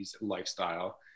lifestyle